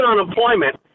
unemployment